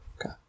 Okay